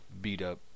beat-up